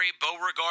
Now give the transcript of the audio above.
Beauregard